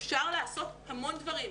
אפשר לעשות המון דברים.